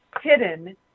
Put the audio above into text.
hidden